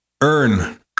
earn